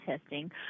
testing